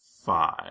five